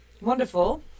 Wonderful